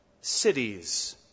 cities